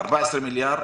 14 מיליארד,